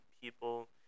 people